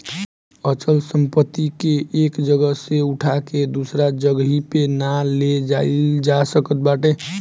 अचल संपत्ति के एक जगह से उठा के दूसरा जगही पे ना ले जाईल जा सकत बाटे